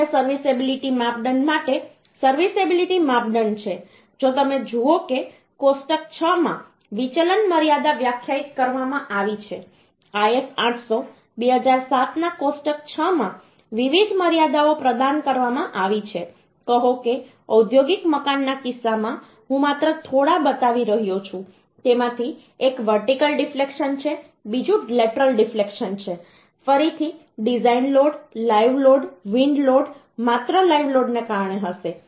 અન્ય સર્વિસએબિલિટી માપદંડ માટે સર્વિસએબિલિટી માપદંડ છે જો તમે જુઓ કે કોષ્ટક 6 માં વિચલન મર્યાદા વ્યાખ્યાયિત કરવામાં આવી છે IS 800 2007 ના કોષ્ટક 6 માં વિવિધ મર્યાદાઓ પ્રદાન કરવામાં આવી છે કહો કે ઔદ્યોગિક મકાનના કિસ્સામાં હું માત્ર થોડા બતાવી રહ્યો છું તેમાંથી એક વર્ટિકલ ડિફ્લેક્શન છે બીજું લેટરલ ડિફ્લેક્શન છે ફરીથી design load live load wind load માત્ર લાઇવ લોડને કારણે હશે